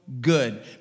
good